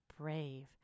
Brave